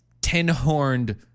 ten-horned